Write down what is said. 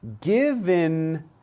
given